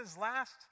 last